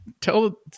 tell